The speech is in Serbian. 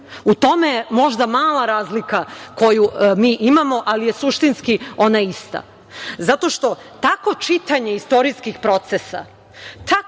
U tome je možda mala razlika koju mi imamo, ali je suštinski ona ista. Zato što tako čitanje istorijskih procesa,